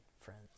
friends